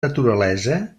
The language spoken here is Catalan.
naturalesa